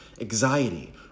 anxiety